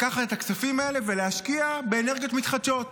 לקחת את הכספים האלה ולהשקיע באנרגיות מתחדשות.